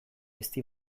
ezti